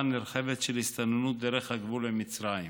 נרחבת של הסתננות דרך הגבול עם מצרים.